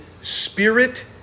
spirit